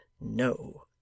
no